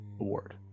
Award